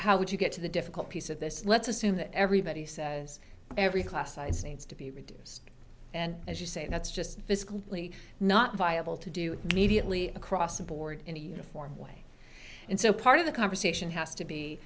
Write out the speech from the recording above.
how would you get to the difficult piece of this let's assume that everybody says every class size needs to be reduced and as you say that's just physically not viable to do mediately across the board in a uniform way and so part of the conversation has to be